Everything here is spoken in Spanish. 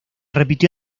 repitió